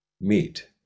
meet